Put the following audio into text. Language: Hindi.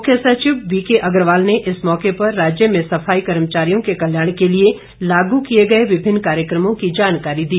मुख्य सचिव बीके अग्रवाल ने इस मौके पर राज्य में सफाई कर्मचारियों के कल्याण के लिए लागू किए गए विभिन्न कार्यक्रमों की जानकारी दी